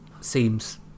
seems